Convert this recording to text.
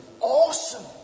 awesome